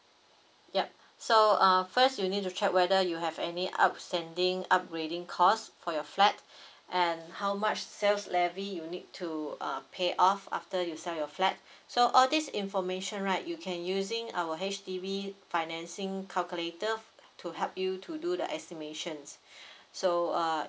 yup so uh first you need to check whether you have any outstanding upgrading cost for your flat and how much sales levy you need to uh pay off after you sell your flat so all this information right you can using our H_D_B financing calculator to help you to do the estimations so uh